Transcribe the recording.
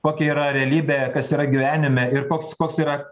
kokia yra realybė kas yra gyvenime ir koks koks yra